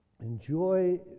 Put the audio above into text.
enjoy